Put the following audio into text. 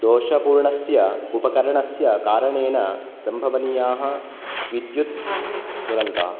दोषपूर्णस्य उपकरणस्य कारणेन सम्भवनीया विद्युत् दुरन्ता